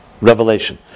revelation